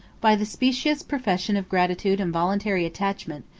by the specious professions of gratitude and voluntary attachment,